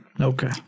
Okay